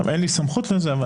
אין לי סמכות לזה.